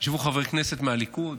ישבו חברי כנסת מהליכוד.